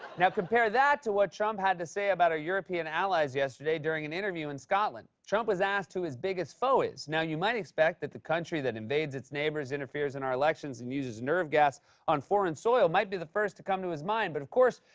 now compare that to what trump had to say about our european allies yesterday during an interview in scotland. trump was asked who his biggest foe is. now, you might expect that the country that invades its neighbors, interferes in our elections, and uses nerve gas on foreign soil might be the first to come to his mind, but, of course,